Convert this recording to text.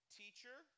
teacher